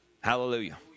Hallelujah